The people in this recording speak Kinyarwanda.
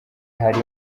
hari